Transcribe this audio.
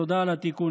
תודה על התיקון,